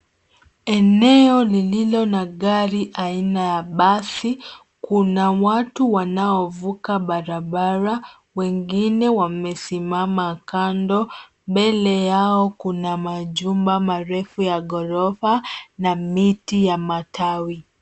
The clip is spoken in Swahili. Eneo lililo na gari aina ya basi. Kuna watu wanaovuka barabara wengine wamesimama kando. Mbele yao kuna majumba marefu ya ghorofa na miti ya matawi.